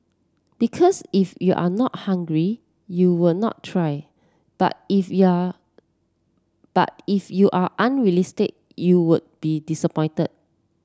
because if you are not hungry you would not try but if you are but if you are unrealistic you would be disappointed